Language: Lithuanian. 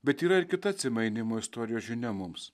bet yra ir kita atsimainymo istorijos žinia mums